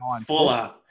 Fuller